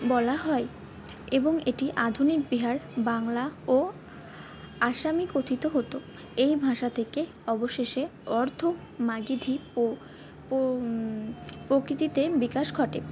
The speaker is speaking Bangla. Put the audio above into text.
বলা হয় এবং এটি আধুনিক বিহার বাংলা ও আসামে কথিত হতো এই ভাষা থেকে অবশেষে অর্ধ মাগিধী ও ও প্রকৃতিতে বিকাশ ঘটে